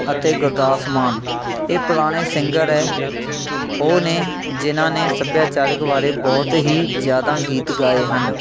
ਅਤੇ ਗੁਰਦਾਸ ਮਾਨ ਇਹ ਪੁਰਾਣੇ ਸਿੰਗਰ ਹੈ ਉਹ ਨੇ ਜਿਨ੍ਹਾਂ ਨੇ ਸੱਭਿਆਚਾਰਿਕ ਬਾਰੇ ਬਹੁਤ ਹੀ ਜ਼ਿਆਦਾ ਗੀਤ ਗਾਏ ਹਨ